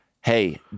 Hey